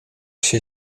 się